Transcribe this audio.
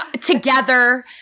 together